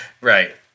Right